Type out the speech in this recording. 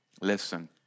listen